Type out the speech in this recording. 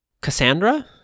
cassandra